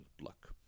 look